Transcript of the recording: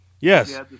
Yes